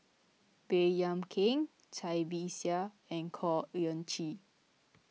Baey Yam Keng Cai Bixia and Khor Ean Ghee